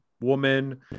woman